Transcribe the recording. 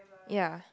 ya